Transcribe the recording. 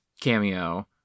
cameo